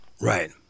Right